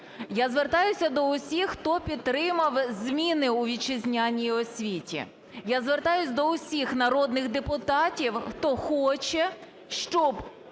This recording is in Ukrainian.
я звертаюся до усіх, хто підтримав зміни у вітчизняній освіті, я звертаюсь до усіх народних депутатів, хто хоче, щоб